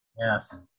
Yes